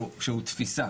שהוא תפיסה,